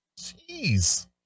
Jeez